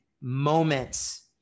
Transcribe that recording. moments